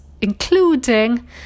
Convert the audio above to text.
including